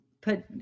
put